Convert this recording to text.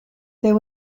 there